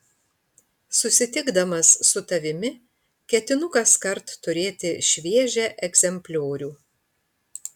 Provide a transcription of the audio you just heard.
susitikdamas su tavimi ketinu kaskart turėti šviežią egzempliorių